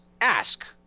ask